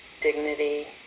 dignity